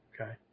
Okay